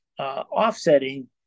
offsetting